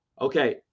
Okay